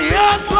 yes